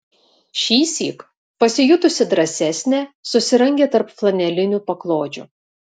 šįsyk pasijutusi drąsesnė susirangė tarp flanelinių paklodžių